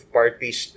parties